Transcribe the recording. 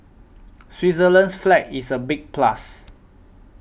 Switzerland's flag is a big plus